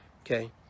Okay